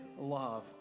love